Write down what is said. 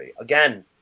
Again